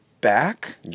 back